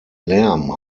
lärm